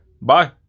Bye